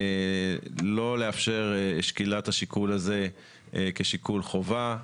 לא לאפשר את שקילת השיקול הזה כשיקול חובה.